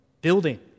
building